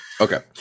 Okay